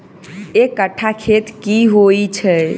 एक कट्ठा खेत की होइ छै?